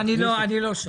לא, אני לא שם.